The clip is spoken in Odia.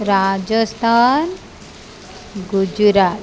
ରାଜସ୍ଥାନ ଗୁଜୁରାଟ